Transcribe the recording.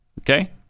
Okay